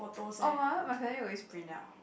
orh my one my family always print out